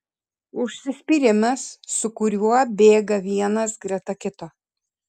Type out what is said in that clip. užsispyrimas su kuriuo bėga vienas greta kito